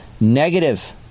Negative